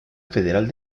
federal